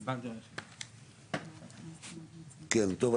כן, טוב.